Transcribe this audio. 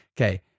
Okay